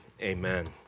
Amen